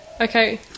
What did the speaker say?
Okay